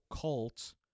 cult